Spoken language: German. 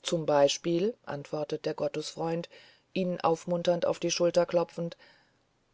zum beispiel antwortet der gottesfreund ihn aufmunternd auf die schulter klopfend